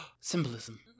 symbolism